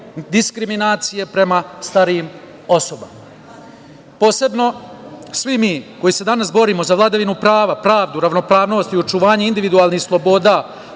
diskriminacije prema starijim osobama. Posebno svi mi koji se danas borimo za vladavinu prava, pravdu, ravnopravnost i očuvanje individualnih sloboda,